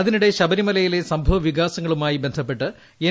അതിനിടെ ശബരിമലയിലെ സംഭവ വികാസങ്ങളുമായി ബന്ധ പ്പെട്ട് എൻ